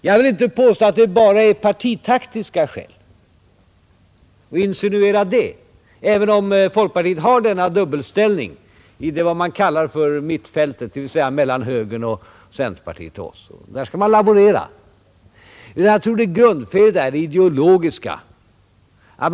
Jag vill inte insinuera att det bara är partitaktiska skäl, även om folkpartiet har denna dubbelställning i vad man kallar för mittfältet, dvs. mellan högern och centerpartiet och oss. Där skall man laborera. Jag tror att grundfelet ligger på det ideologiska planet.